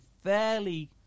fairly